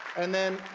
and then,